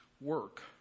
work